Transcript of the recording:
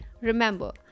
Remember